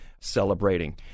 celebrating